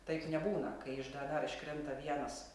taip nebūna kai iš dnr iškrinta vienas